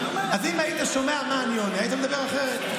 אז אם היית שומע מה אני עונה היית מדבר אחרת.